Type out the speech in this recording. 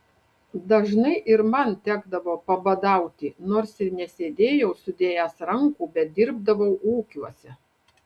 dažnai ir man tekdavo pabadauti nors ir nesėdėjau sudėjęs rankų bet dirbdavau ūkiuose